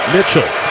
Mitchell